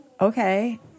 Okay